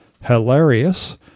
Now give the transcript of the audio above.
hilarious